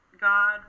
God